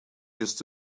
just